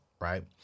right